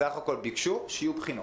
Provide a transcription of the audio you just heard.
בסך הכל ביקשו שיוכים.